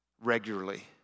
regularly